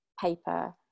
paper